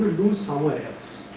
it will do somewhere else.